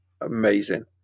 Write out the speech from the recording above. amazing